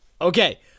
okay